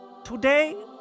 Today